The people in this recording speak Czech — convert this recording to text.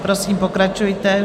Prosím, pokračujte.